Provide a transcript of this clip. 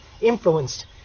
influenced